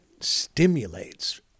stimulates